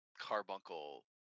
carbuncle